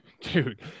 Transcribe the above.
dude